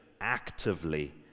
actively